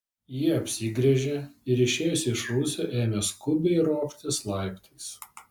ji apsigręžė ir išėjusi iš rūsio ėmė skubiai ropštis laiptais